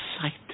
sight